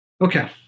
Okay